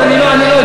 אני לא יודע.